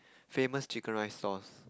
famous chicken rice stalls